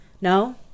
No